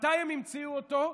מתי הם המציאו אותו?